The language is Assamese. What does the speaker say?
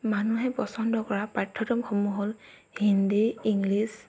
মানুহে পচন্দ কৰা পাঠ্যক্ৰমসমূহ হ'ল হিন্দি ইংলিছ